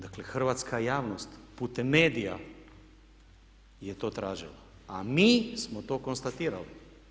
Dakle, hrvatska javnost putem medija je to tražila, a mi smo to konstatirali.